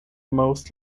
most